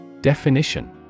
Definition